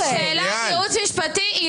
שאלה לייעוץ המשפטי.